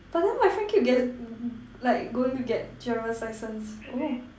but then my friend keep get like going to get driver's license oh